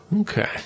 Okay